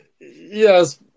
Yes